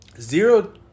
zero